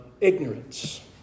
ignorance